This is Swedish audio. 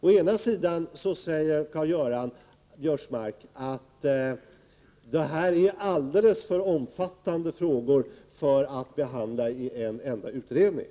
Karl-Göran Biörsmark säger att det här är alldeles för omfattande frågor för att de skall kunna behandlas i en enda utredning.